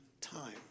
time